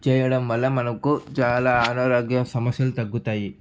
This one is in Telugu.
చేయడం వల్ల మనకు చాలా అనారోగ్య సమస్యలు తగ్గుతాయి